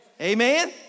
Amen